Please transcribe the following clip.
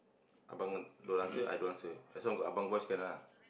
abang don't answer I don't answer as long as got abang voice can ah